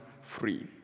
free